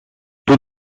tout